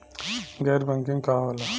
गैर बैंकिंग का होला?